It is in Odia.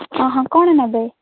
ହଁ ହଁ କ'ଣ ନେବେ